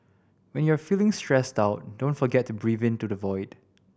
when you are feeling stressed out don't forget to breathe into the void